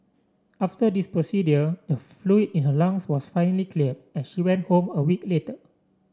after this procedure the fluid in her lungs was finally cleared and she went home a week later